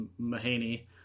Mahaney